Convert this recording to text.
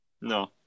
No